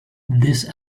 this